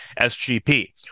SGP